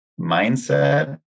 mindset